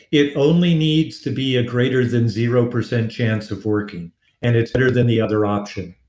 it only needs to be a greater than zero percent chance of working and it's better than the other option